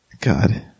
God